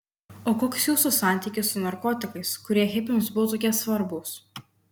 o koks jūsų santykis su narkotikais kurie hipiams buvo tokie svarbūs